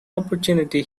opportunity